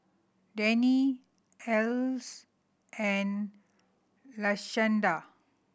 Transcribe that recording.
Danae Alys and Lashanda